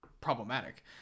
problematic